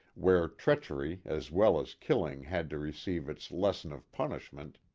where treachery as well as killing had to receive its lesson of punishment,